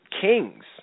kings